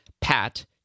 PAT